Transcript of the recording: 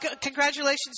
congratulations